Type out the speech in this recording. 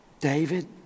David